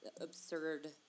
absurd